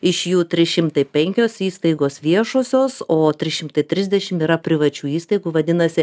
iš jų trys šimtai penkios įstaigos viešosios o trys šimtai trisdešim yra privačių įstaigų vadinasi